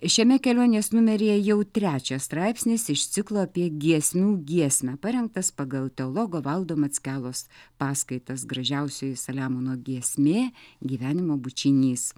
šiame kelionės numeryje jau trečias straipsnis iš ciklo apie giesmių giesmę parengtas pagal teologo valdo mackelos paskaitas gražiausioji saliamono giesmė gyvenimo bučinys